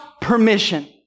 permission